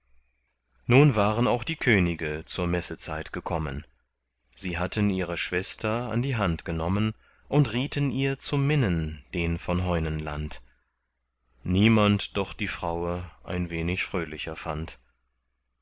nun waren auch die könige zur messezeit gekommen sie hatten ihre schwester an die hand genommen und rieten ihr zu minnen den von heunenland niemand doch die fraue ein wenig fröhlicher fand